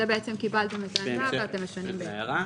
קיבלתם את הטענה ואתם משנים בהתאם.